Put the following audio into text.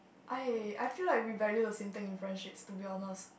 I I feel like we value the same thing in friendships to be honest